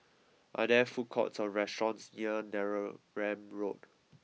are there food courts or restaurants near Neram Road